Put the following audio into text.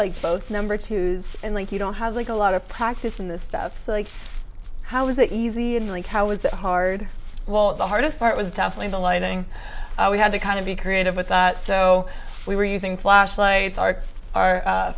like both number two and like you don't have like a lot of practice in this stuff like how is it easy and like how is it hard while the hardest part was definitely the lighting we had to kind of be creative with that so we were using flashlights are our